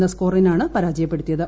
എന്ന സ്കോറിനാണ് പരാജയപ്പെടുത്തിയത്